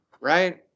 Right